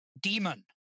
demon